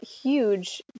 huge